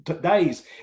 days